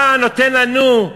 אתה נותן לנו,